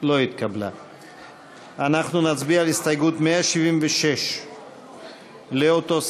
הרשימה המשותפת לסעיף 164 לא נתקבלה.